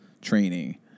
training